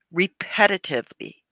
repetitively